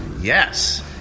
Yes